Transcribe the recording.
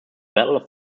battle